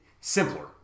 simpler